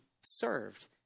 served